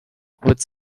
with